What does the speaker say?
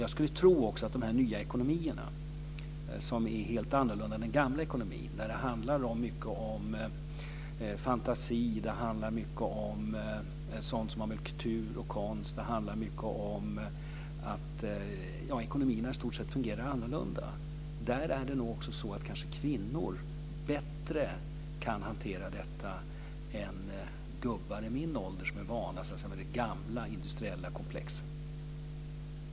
Jag skulle tro att de nya ekonomierna, som är helt annorlunda än de gamla ekonomierna, handlar mycket om fantasi, om kultur och konst. Ekonomierna fungerar i stort sett annorlunda. Där är det också så att kvinnor bättre kan hantera detta än gubbar i min ålder som är vana vid gamla industriella komplex.